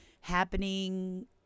happening